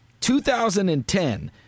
2010